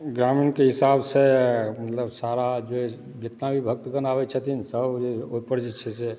ग्रामीणके हिसाबसँ मतलब सारा जे जितना भी भक्तगण आबै छथिन सब ओहिपर जे छै से